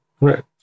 Right